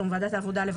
שני: